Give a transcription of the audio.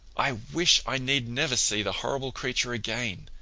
i wish i need never see the horrible creature again,